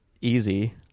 easy